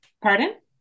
Pardon